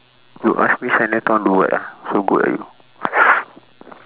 you ask me chinatown do what ah so good ah you